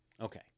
Okay